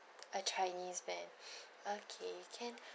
a chinese man okay can